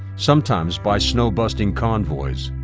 sometimes by snow-busting convoys.